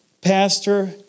pastor